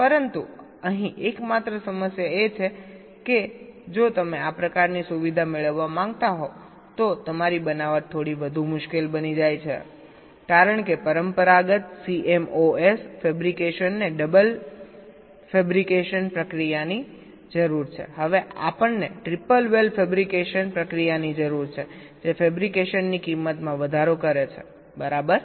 પરંતુ અહીં એકમાત્ર સમસ્યા એ છે કે જો તમે આ પ્રકારની સુવિધા મેળવવા માંગતા હો તો તમારી બનાવટ થોડી વધુ મુશ્કેલ બની જાય છેકારણ કે પરંપરાગત સીએમઓએસ ફેબ્રિકેશનને ડબલ વેલ ફેબ્રિકેશન પ્રક્રિયાની જરૂર છે હવે આપણને ટ્રિપલ વેલ ફેબ્રિકેશન પ્રક્રિયાની જરૂર છે જે ફેબ્રિકેશનની કિંમતમાં વધારો કરે છે બરાબર